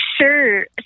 sure